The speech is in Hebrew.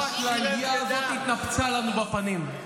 האשליה הזאת התנפצה לנו בפנים.